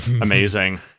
Amazing